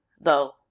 though